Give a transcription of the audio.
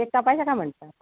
cake कापायचा का म्हटलं